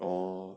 oh